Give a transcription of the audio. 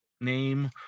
name